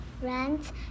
friends